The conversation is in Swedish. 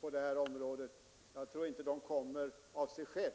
på detta område. Jag tror inte att den kommer av sig själv.